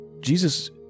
Jesus